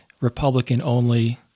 Republican-only